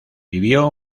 vivió